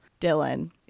Dylan